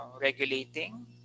regulating